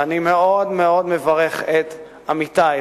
ואני מאוד מאוד מברך את עמיתי,